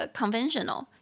conventional